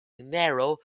narrow